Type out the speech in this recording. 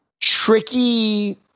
tricky